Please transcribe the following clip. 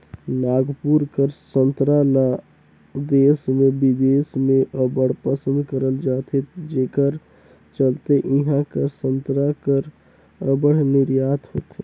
नागपुर कर संतरा ल देस में बिदेस में अब्बड़ पसंद करल जाथे जेकर चलते इहां कर संतरा कर अब्बड़ निरयात होथे